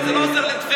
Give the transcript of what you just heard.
אבל זה לא עוזר לטבריה,